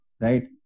right